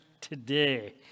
Today